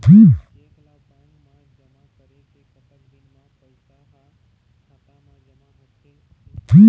Cheque ला bank मा जमा करे के कतक दिन मा पैसा हा खाता मा जमा होथे थे?